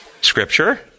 Scripture